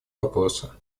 вопроса